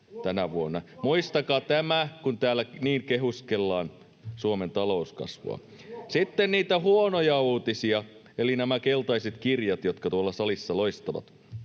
tänä vuonna. Muistakaa tämä, kun täällä niin kehuskellaan Suomen talouskasvua. Sitten niitä huonoja uutisia eli nämä keltaiset kirjat, jotka salissa loistavat.